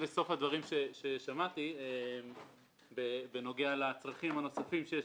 דבריו אותם שמעתי בנוגע לצרכים הנוספים שיש